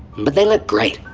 but they look great!